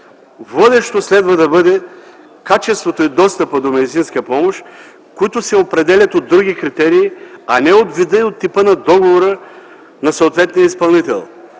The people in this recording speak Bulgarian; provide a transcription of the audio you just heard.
Водещо следва да бъде качеството и достъпът до медицинска помощ, които се определят от други критерии, а не от вида и типа на договора на съответния изпълнител.